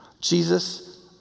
Jesus